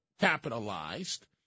capitalized